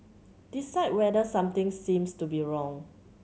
decide whether something seems to be wrong